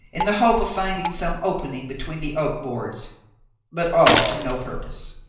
in the hope of finding some opening between the oak boards but all to no purpose.